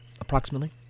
approximately